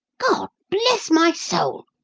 god bless my soul!